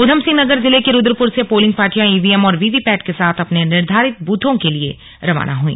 उधमसिंह नगर जिले के रुद्रपुर से पोलिंग पार्टियां ईवीएम और वीवीपेट के साथ अपने निर्धारित बूथों के लिए के लिए रवाना हुई